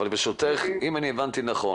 אבל ברשותך, אם הבנתי נכון